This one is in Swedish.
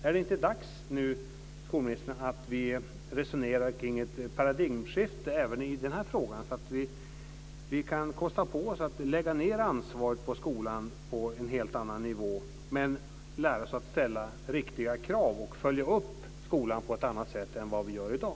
Är det inte dags nu, skolministern, att vi resonerar kring ett paradigmskifte även i den här frågan, så att vi kan kosta på oss att lägga ned ansvaret för skolan på en helt annan nivå, lära oss att ställa riktiga krav och följa upp skolan på ett annat sätt än vi gör i dag?